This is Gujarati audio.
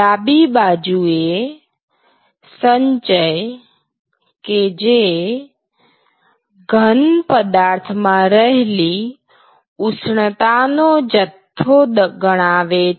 ડાબી બાજુએ સંચય કે જે ઘન પદાર્થ માં રહેલી ઉષ્ણતા નો જથ્થો ગણાવે છે